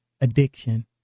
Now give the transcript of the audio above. addiction